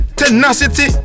tenacity